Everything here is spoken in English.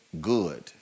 good